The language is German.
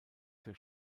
für